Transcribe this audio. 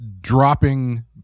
dropping